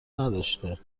نداشته